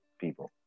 people